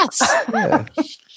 Yes